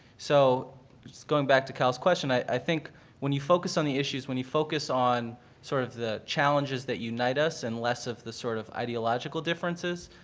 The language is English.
so going back to kyle's question, i think when you focus on the issues, when you focus on sort of the challenges that unite us and less of the sort of ideological differences,